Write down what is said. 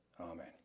Amen